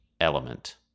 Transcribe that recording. element